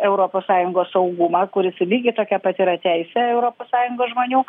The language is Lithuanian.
europos sąjungos saugumą kuris lygiai tokia pat yra teisė europos sąjungos žmonių